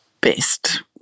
best